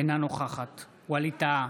אינה נוכחת ווליד טאהא,